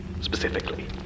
specifically